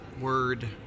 Word